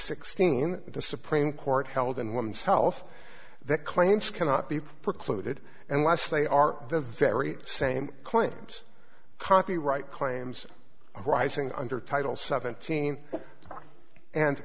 sixteen the supreme court held in women's health that claims cannot be precluded unless they are the very same claims copyright claims arising under title seventeen and